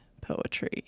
poetry